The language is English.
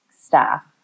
staff